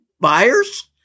buyers